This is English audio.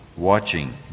Watching